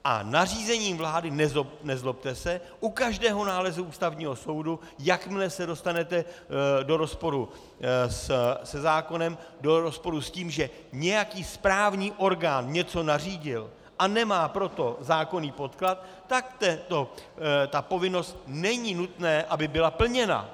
A nařízení vlády, nezlobte se, u každého nálezu Ústavního soudu, jakmile se dostanete do rozporu se zákonem, do rozporu s tím, že nějaký správní orgán něco nařídil a nemá pro to zákonný podklad, tak ta povinnost není nutné, aby byla plněna.